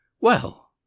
Well